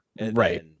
Right